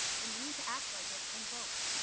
then you need to act like it and vote.